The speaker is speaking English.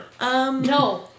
No